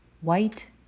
white